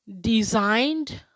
designed